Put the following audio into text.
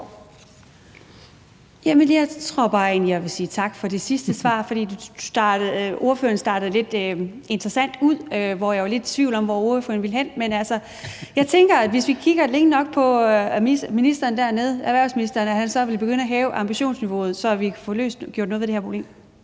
jeg vil sige tak for det sidste svar. For ordføreren startede lidt interessant ud, hvor jeg var lidt i tvivl om, hvor ordføreren ville hen. Men jeg tænker, at hvis vi kigger længe nok på ministeren dernede – erhvervsministeren – så vil han begynde at hæve ambitionsniveauet, så vi kan få gjort noget ved det her problem.